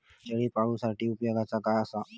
शेळीपाळूसाठी उपयोगाचा काय असा?